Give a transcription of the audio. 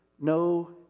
no